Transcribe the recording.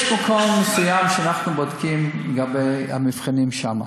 יש מקום מסוים שאנחנו בודקים לגבי המבחנים שם,